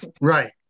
Right